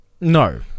No